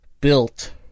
built